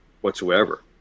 whatsoever